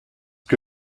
que